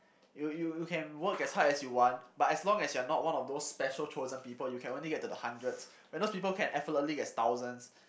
you you you can work at hard as you want but as long as you are not one of those special chosen people you can only get to the hundreds where those people can effortlessly get thousands